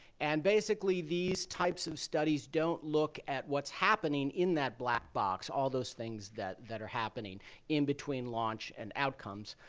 and, basically, these types of studies don't look at what's happening in that black box all those things that that are happening in between launch and outcomes.